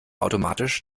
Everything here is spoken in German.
automatisch